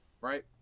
Right